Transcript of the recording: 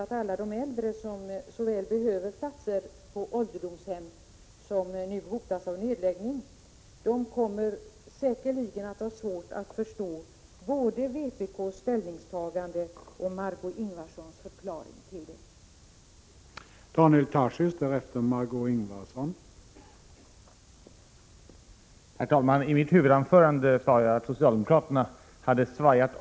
Den nuvarande hemtjänsten bygger ju till stor del på att man skall ha tillgång till en make eller maka som är litet friskare än man själv och som kan passa på en på natten och övriga tider av dygnet.